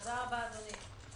תודה רבה, אדוני.